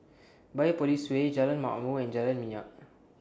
Biopolis Way Jalan Ma'mor and Jalan Minyak